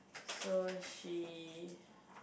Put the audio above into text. so she